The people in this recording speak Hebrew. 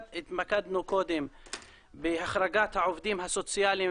התמקדנו קודם בהחרגת העובדים הסוציאליים